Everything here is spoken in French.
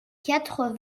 quatre